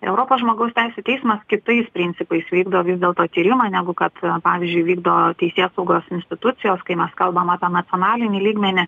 europos žmogaus teisių teismas kitais principais vykdo vis dėl to tyrimą negu kad pavyzdžiui vykdo teisėsaugos institucijos kai mes kalbam apie nacionalinį lygmenį